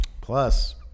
Plus